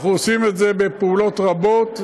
אנחנו עושים את זה בפעולות רבות,